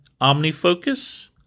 OmniFocus